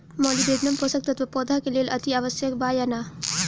Molybdenum पोषक तत्व पौधा के लेल अतिआवश्यक बा या न?